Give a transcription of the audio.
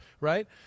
right